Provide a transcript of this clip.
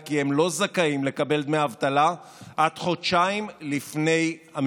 את לא מכירה אותי, אני אתחיל עוד פעם, שבע פעמים.